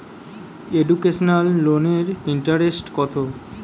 Educational লোনের interest কত?